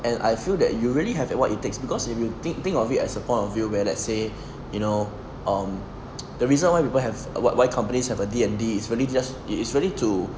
and I feel that you really have what it takes because if you think think of it as a point of view where let's say you know um the reason why people have what why companies have a D_N_D is really just it's really to